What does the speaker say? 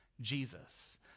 Jesus